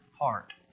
heart